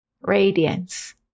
radiance